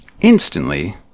instantly